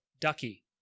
Ducky